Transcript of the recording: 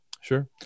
Sure